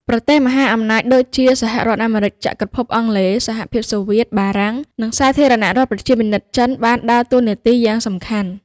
ប្រទេសមហាអំណាចដូចជា សហរដ្ឋអាមេរិក ចក្រភពអង់គ្លេស សហភាពសូវៀត បារាំង និង សាធារណរដ្ឋប្រជាមានិតចិន បានដើរតួនាទីយ៉ាងសំខាន់។